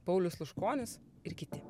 paulius sluškonis ir kiti